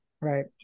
right